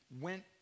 went